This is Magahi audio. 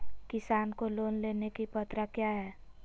किसान को लोन लेने की पत्रा क्या है?